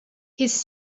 his